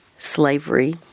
Slavery